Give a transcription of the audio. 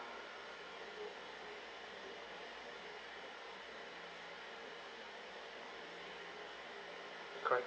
correct